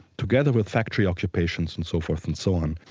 together with factory occupations and so forth and so on.